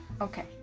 Okay